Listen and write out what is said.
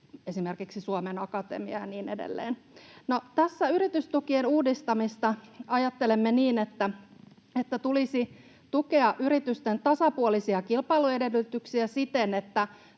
esimerkiksi Suomen Akatemia ja niin edelleen. No, yritystukien uudistamisesta ajattelemme niin, että tulisi tukea yritysten tasapuolisia kilpailuedellytyksiä siten, että